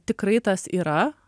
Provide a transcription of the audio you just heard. tikrai tas yra